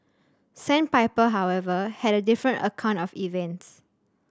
sandpiper however had a different account of events